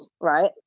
right